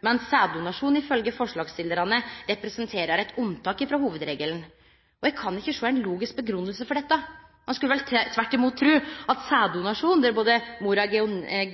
sæddonasjon, ifølgje forslagsstillarane, representerer eit unnatak frå hovudregelen. Eg kan ikkje sjå ei logisk grunngjeving for dette. Ein skulle tvert imot tru at sæddonasjon, der mor er både